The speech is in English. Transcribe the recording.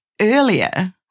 earlier